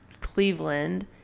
Cleveland